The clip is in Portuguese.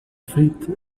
frite